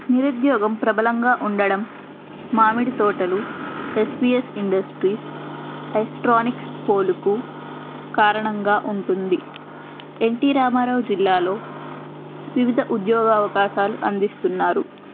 నిరుద్యోగం ప్రభలంగా ఉండడం మామిడి తోటలు ఎస్వీఎస్ ఇండస్ట్రీస్ అస్ట్రానిక్స్ పోలుకు కారణంగా ఉంటుంది ఎన్టి రామారావు జిల్లాలో వివిధ ఉద్యోగ అవకాశాలు అందిస్తున్నారు